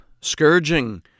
scourging